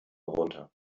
runter